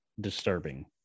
disturbing